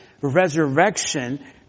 resurrection